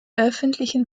öffentlichen